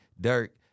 Dirk